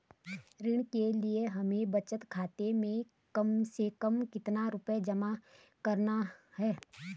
ऋण के लिए हमें बचत खाते में कम से कम कितना रुपये जमा रखने हैं?